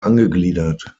angegliedert